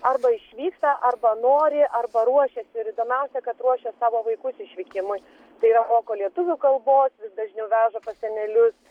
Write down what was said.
arba išvyksta arba nori arba ruošiasi ir įdomiausia kad ruošia savo vaikus išvykimui tai yra moko lietuvių kalbos vis dažniau veža pas senelius